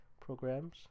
programs